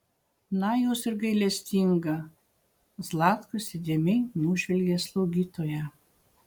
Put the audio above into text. na jūs ir gailestinga zlatkus įdėmiai nužvelgė slaugytoją